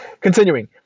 Continuing